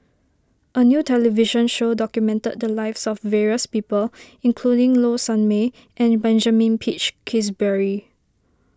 a new television show documented the lives of various people including Low Sanmay and Benjamin Peach Keasberry